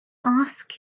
ask